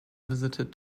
visited